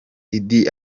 idi